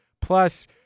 plus